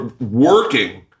Working